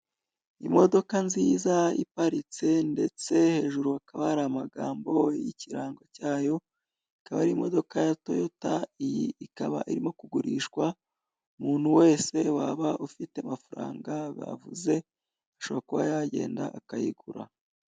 Imodoka nziza iparitse ndetse hejuru hakaba hari amagambo y'ikirango cyayo, ikaba ari imodoka ya toyota' iyi ikaba irimo kugurishwa umuntu wese waba ufite amafaranga bavuze ashobora kuba yagenda akayigura.